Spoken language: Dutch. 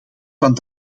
van